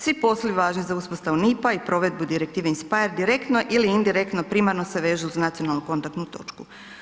Svi poslovi važni za uspostavu NIPP-a i provedbu Direktive in speyer direktno ili indirektno primarno se vežu uz nacionalnu kontaktnu točku.